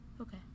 Okay